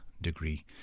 degree